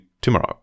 tomorrow